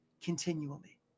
continually